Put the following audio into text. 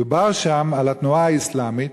דובר שם על התנועה האסלאמית,